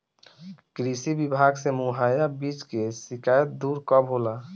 कृषि विभाग से मुहैया बीज के शिकायत दुर कब होला?